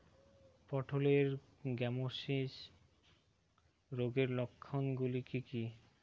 পটলের গ্যামোসিস রোগের লক্ষণগুলি কী কী?